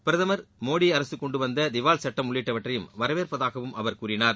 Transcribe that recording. பிரதமர் மோடி அரசு கொண்டுவந்த திவால் சட்டம் உள்ளிட்டவற்றை வரவேற்பதாகவும் கூறினார்